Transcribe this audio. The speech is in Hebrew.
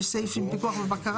יש סעיף של פיקוח ובקרה.